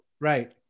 Right